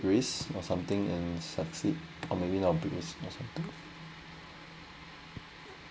risk or something and succeed or maybe not a big risk or something